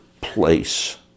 place